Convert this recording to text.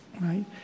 right